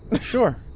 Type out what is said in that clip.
sure